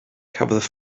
cafodd